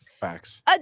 Facts